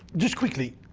just quickly,